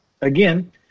again